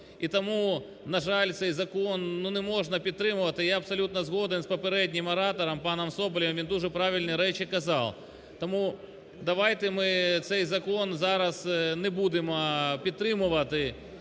І тому, на жаль, цей закон, ну, неможна підтримувати. Я абсолютно згоден з попереднім оратором паном Соболєвим, він дуже правильні речі казав. Тому давайте ми цей закон зараз не будемо підтримувати.